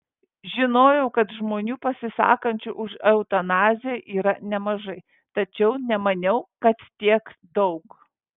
žinojau kad žmonių pasisakančių už eutanaziją yra nemažai tačiau nemaniau kad tiek daug